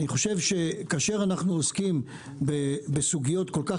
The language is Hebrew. אני חושב שכאשר אנחנו עוסקים בסוגיות כל כך